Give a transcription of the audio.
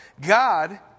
God